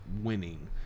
winning